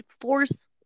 force